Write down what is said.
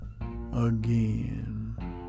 again